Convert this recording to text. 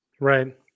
Right